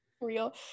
real